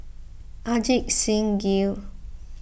Ajit Singh Gill